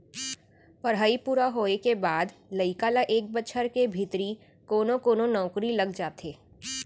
पड़हई पूरा होए के बाद लइका ल एक बछर के भीतरी कोनो कोनो नउकरी लग जाथे